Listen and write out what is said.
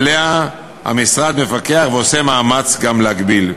עליה המשרד מפקח, ועושים מאמץ גם להגביל.